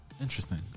Interesting